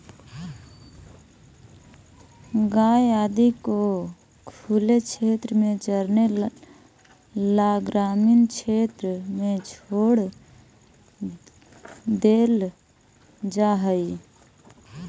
गाय आदि को खुले क्षेत्र में चरने ला ग्रामीण क्षेत्र में छोड़ देल जा हई